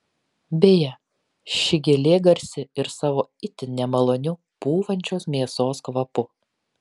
beje ši gėlė garsi ir savo itin nemaloniu pūvančios mėsos kvapu